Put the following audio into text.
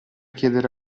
chiedere